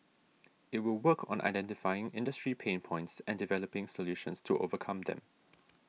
it will work on identifying industry pain points and developing solutions to overcome them